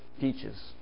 teaches